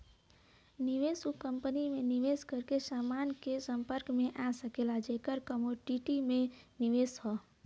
निवेशक उ कंपनी में निवेश करके समान के संपर्क में आ सकला जेकर कमोडिटी में निवेश हौ